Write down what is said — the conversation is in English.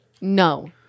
no